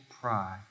pride